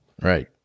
right